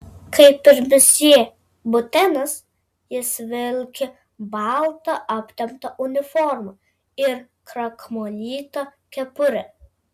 kaip ir misjė butenas jis vilki baltą aptemptą uniformą ir krakmolytą kepurę